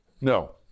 No